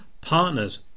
partners